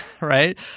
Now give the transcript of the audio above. right